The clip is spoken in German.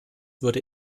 würde